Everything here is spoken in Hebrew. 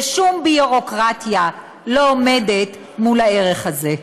ושום ביורוקרטיה לא עומדת מול הערך הזה.